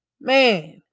man